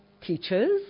teachers